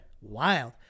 Wild